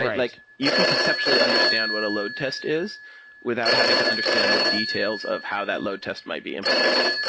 like you can conceptually understand what a load test is without having to understand the details of how that load test might be implemented.